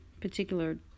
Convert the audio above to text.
particular